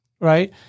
Right